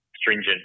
stringent